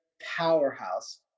powerhouse